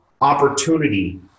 opportunity